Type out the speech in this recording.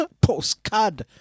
postcard